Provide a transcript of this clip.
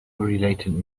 related